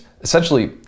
Essentially